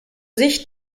sich